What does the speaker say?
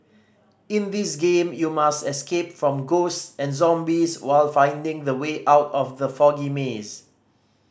in this game you must escape from ghosts and zombies while finding the way out from the foggy maze